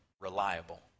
reliable